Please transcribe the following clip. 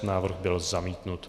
Návrh byl zamítnut.